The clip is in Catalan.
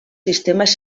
sistemes